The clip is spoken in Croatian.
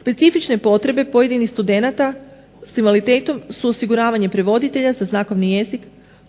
Specifične potrebe pojedinih studenata sa invaliditetom su osiguravanje prevoditelja za znakovni jezik,